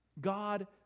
God